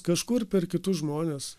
kažkur per kitus žmones